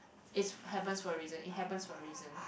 it's happens for a reason it happens for a reason